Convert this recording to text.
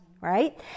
right